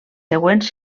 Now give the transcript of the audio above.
següents